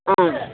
ஆ